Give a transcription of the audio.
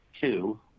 two